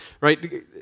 right